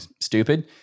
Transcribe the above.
stupid